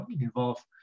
involve